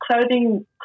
clothing